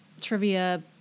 trivia